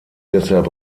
deshalb